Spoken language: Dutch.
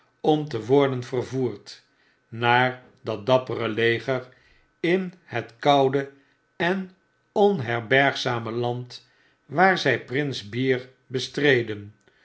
om te worden vervoerd naar dat dappere leger in het koude enonherbergzame land waar zrj prins bear bestreden